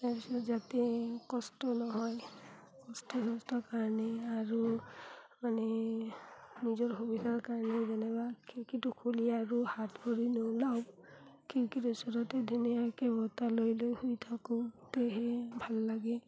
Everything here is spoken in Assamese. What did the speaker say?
তাৰ পিছত যাতে কষ্ট নহয় কষ্ট চষ্টৰ কাৰণে আৰু মানে নিজৰ সুবিধাৰ কাৰণে যেনেবা খিৰিকীটো খুলি আৰু হাত ভৰি নোলিয়াওঁ খিৰিকীৰ ওচৰতে ধুনীয়াকৈ বতাহ লৈ লৈ শুই থাকোঁ তেতিয়াহে ভাল লাগে